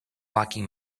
blocking